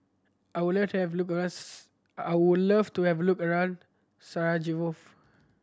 I would like to have look I would love to have look around Sarajevo